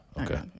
Okay